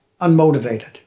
unmotivated